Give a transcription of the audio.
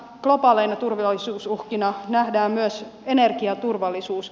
globaalina turvallisuusuhkana nähdään myös energiaturvallisuus